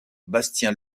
bastien